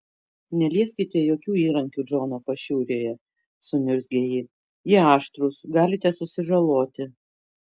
nelieskite jokių įrankių džono pašiūrėje suniurzgė ji jie aštrūs galite susižaloti